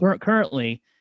currently